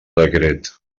decret